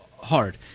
hard